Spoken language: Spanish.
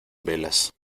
velas